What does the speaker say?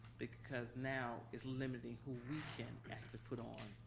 because now is limiting who we can put on.